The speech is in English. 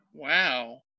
Wow